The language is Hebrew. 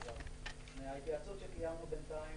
מההתייעצות שקיימנו בינתיים,